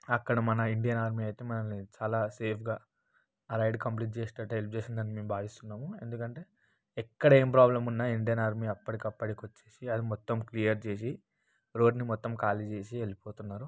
అక్కడ మన Indian army అయితే మనల్ని చాలా సేఫ్గా ఆ రైడ్ కంప్లీట్ చేసేటట్టు హెల్ప్ చేసిందని మేము భావిస్తున్నాము ఎందుకంటే ఎక్కడ ఏం ప్రాబ్లం ఉన్న ఇండియన్ ఆర్మీ అప్పటికప్పటికి వచ్చేసి అది మొత్తం క్లియర్ చేసి రోడ్ని మొత్తం ఖాళీ చేసి వెళ్ళిపోతున్నారు